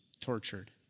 tortured